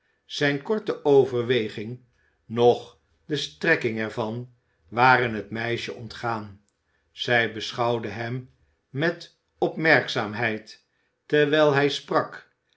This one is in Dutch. zijn korte overweging noch de strekking er van waren het meisje ontgaan zij beschouwde hem met opmerkzaamheid terwijl hij sprak